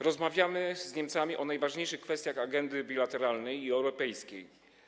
Rozmawiamy z Niemcami o najważniejszych kwestiach agendy bilateralnej i europejskiej.